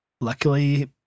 Luckily